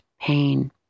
pain